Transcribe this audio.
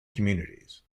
communities